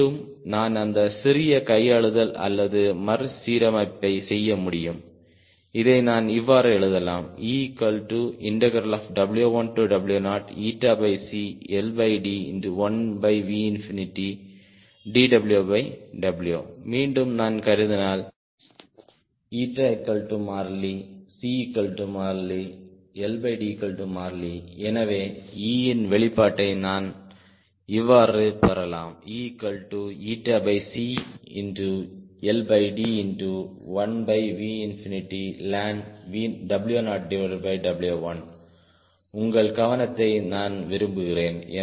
மீண்டும் நான் அந்த சிறிய கையாளுதல் அல்லது மறுசீரமைப்பை செய்ய முடியும் இதை நான் இவ்வாறு எழுதலாம் EW1W0 மீண்டும் நான் கருதினால் η மாறிலி C மாறிலி LD மாறிலி எனவே E இன் வெளிப்பாட்டை நான் இவ்வாறு பெறலாம் ElnW0W1 உங்கள் கவனத்தை நான் விரும்புகிறேன்